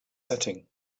setting